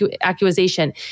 accusation